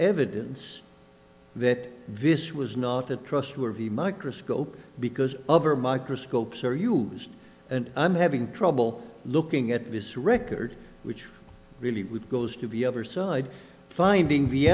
evidence that this was not a trustworthy microscope because of her microscopes or you used an i'm having trouble looking at this record which really would goes to be other side finding